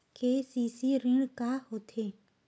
KCC ऋण का होथे?